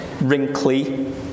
wrinkly